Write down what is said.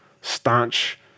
staunch